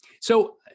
So-